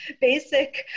basic